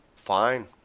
fine